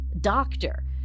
doctor